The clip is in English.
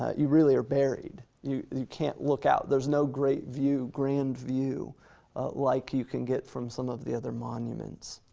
ah you really are buried, you you can't look out. there's no great view, grand view like you can get from some of the other monuments,